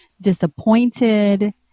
disappointed